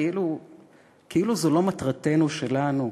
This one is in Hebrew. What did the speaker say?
כאילו זו לא מטרתנו שלנו,